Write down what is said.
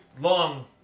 long